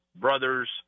Brothers